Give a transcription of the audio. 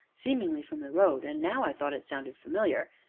seemingly from the road, and now i thought it sounded familiar.